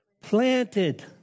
planted